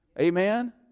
Amen